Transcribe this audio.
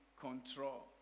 control